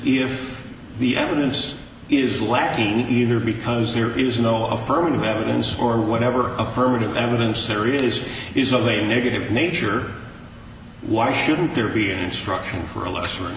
if the evidence is lacking either because there is no a firm evidence for whatever affirmative evidence there is is of a negative nature why shouldn't there be an instruction for a luxury